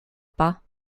pas